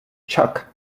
chuck